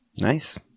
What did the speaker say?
Nice